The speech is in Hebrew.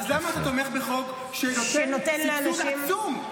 אז למה אתה תומך בחוק שנותן סבסוד עצום לציבור שלא מתגייס?